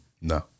no